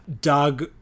doug